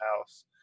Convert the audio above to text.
house